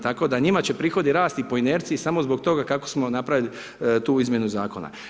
Tako da njima će prihodi rasti po inerciji, samo zbog toga kako smo napravili tu izmjenu zakona.